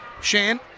Shane